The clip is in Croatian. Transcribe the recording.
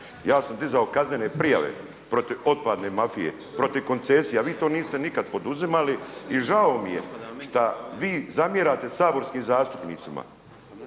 ja sam dizao kaznene prijave protiv otpadne mafije, protiv koncesija, vi to niste nikada poduzimali i žao mi je šta vi zamjerate saborskim zastupnicima.